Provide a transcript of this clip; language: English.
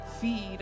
feed